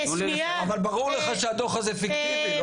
אבל ברור לך שהדו"ח הזה פיקטיבי.